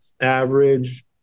average